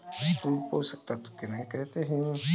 स्थूल पोषक तत्व किन्हें कहते हैं?